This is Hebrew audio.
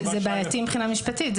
זה בעייתי מבחינה משפטית.